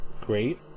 great